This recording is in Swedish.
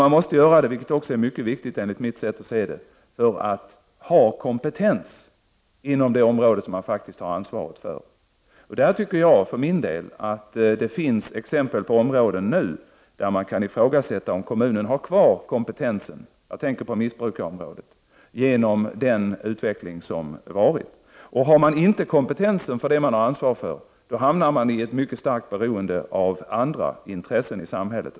Man måste göra det själv, vilket också är mycket viktigt enligt mitt sätt att se, för att ha kompetens inom det område som kommunen faktiskt har ansvaret för. Jag tycker för min del att det nu finns exempel på områden där man kan ifrågasätta om kommunen, genom den utveckling som har varit, har kvar kompetensen. Jag tänker på missbrukarområdet. Har man inte kompetens för det man har ansvar för, hamnar man i ett mycket starkt beroende av andra intressen i samhället.